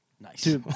Nice